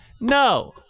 No